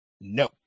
No